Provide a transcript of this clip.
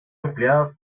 empleadas